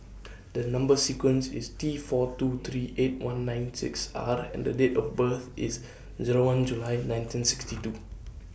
The Number sequence IS T four two three eight one nine six R and The Date of birth IS Zero one July nineteen sixty two